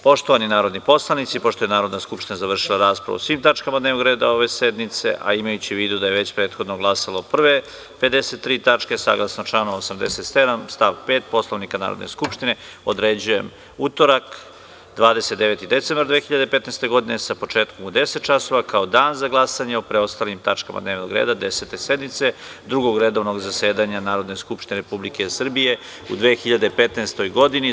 Poštovani narodni poslanici, pošto je Narodna skupština završila raspravu o svim tačkama dnevnog reda ove sednice, a imajući u vidu da je već prethodno glasala o prve 53. tačke, saglasno članu 87. stav 5. Poslovnika Narodne skupštine, određujem utorak, 29. decembar 2015. godine, sa početkom u 10,00 časova, kao dan za glasanje o preostalim tačkama dnevnog reda Desete sednice Drugog redovnog zasedanja Narodne skupštine Republike Srbije u 2015. godini.